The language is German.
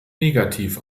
negativ